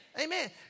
Amen